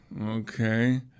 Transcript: Okay